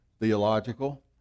theological